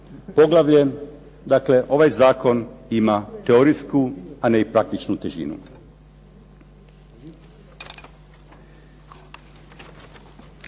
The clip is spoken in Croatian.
Dakle, ovaj zakon ima teorijsku, a ne i praktičnu težinu.